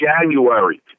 January